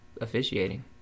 officiating